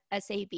SAB